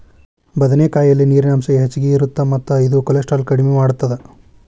ಬದನೆಕಾಯಲ್ಲಿ ನೇರಿನ ಅಂಶ ಹೆಚ್ಚಗಿ ಇರುತ್ತ ಮತ್ತ ಇದು ಕೋಲೆಸ್ಟ್ರಾಲ್ ಕಡಿಮಿ ಮಾಡತ್ತದ